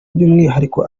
by’umwihariko